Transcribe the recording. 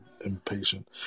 impatient